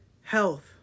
health